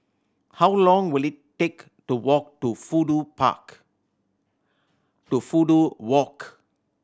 how long will it take to walk to Fudu Park to Fudu Walk